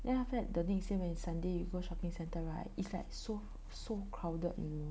then after that the next day when Sunday you go shopping centre right is like so so crowded you know